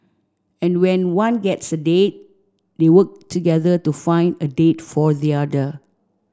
and when one gets a date they work together to find a date for the other